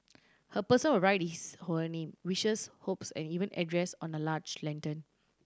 a person will write his or her name wishes hopes and even address on a large lantern